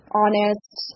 honest